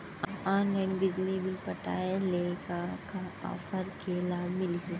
Online बिजली bill पटाय ले का का ऑफ़र के लाभ मिलही?